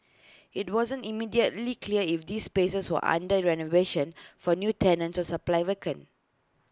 IT wasn't immediately clear if these spaces were under renovation for new tenants or simply vacant